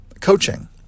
coaching